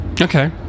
Okay